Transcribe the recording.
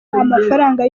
amafaranga